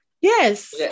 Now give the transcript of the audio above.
yes